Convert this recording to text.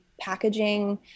packaging